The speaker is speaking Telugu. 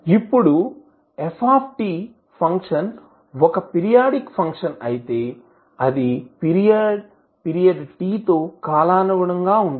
ఇప్పుడు f ఫంక్షన్ ఒక పిరియాడిక్ ఫంక్షన్ అయితే అది పీరియడ్ t తో కాలానుగుణంగా ఉంటుంది